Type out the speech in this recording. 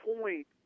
point